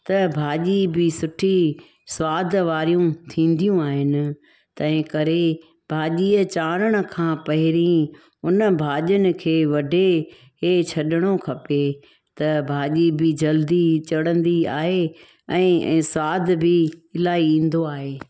त भाॼी बि सुठी सवाद वारियूं थींदियूं आहिनि तंहिंकरे भाॼीअ चाढ़ण खां पहिरीं उन भाॼियुनि खे वढे ऐं छॾिणो खपे त भाॼी बि जल्दी चढ़ंदी आहे ऐं सवादु बि इलाही ईंदो आहे